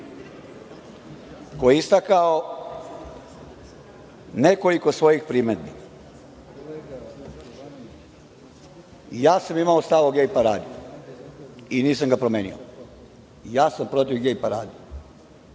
koji je istakao nekoliko svojih primedbi. I, ja sam imao stav o gej paradi i nisam ga promenio. Ja sam protiv gej parade.